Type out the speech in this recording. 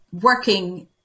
working